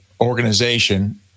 organization